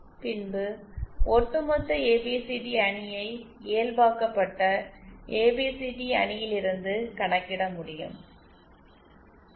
பின்பு ஒட்டுமொத்த ஏபிசிடி அணியை இயல்பாக்கப்பட்ட ஏபிசிடி அணியிலிருந்து கணக்கிட முடியும்